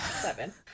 Seven